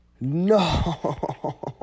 No